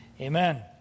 Amen